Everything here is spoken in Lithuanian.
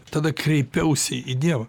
tada kreipiausi į dievą